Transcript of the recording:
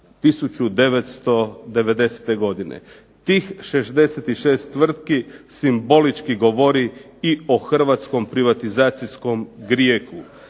1990. godine. Tih 66 tvrtki simbolički govori i o hrvatskom privatizacijskom grijehu.